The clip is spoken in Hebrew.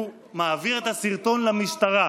הוא מעביר את הסרטון למשטרה.